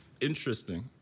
interesting